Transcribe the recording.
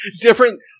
different